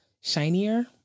shinier